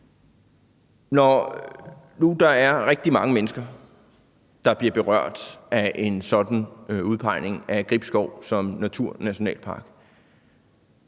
Når nu der er rigtig mange mennesker, der bliver berørt af en sådan udpegning af Gribskov som naturnationalpark